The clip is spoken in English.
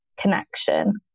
connection